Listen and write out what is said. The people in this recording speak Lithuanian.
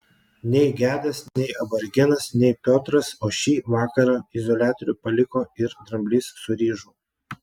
nei gedas nei aborigenas nei piotras o šį vakarą izoliatorių paliko ir dramblys su ryžu